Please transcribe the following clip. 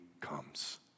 comes